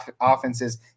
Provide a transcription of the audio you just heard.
offenses